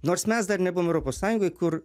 nors mes dar nebuvom europos sąjungoj kur